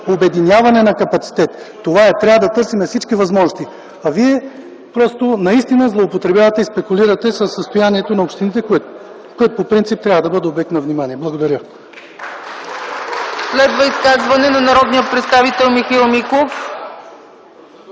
обединяване на капацитет. Това е, трябва да търсим всички възможности. А вие просто наистина злоупотребявате и спекулирате със състоянието на общините, което по принцип трябва да бъде обект на внимание. Благодаря.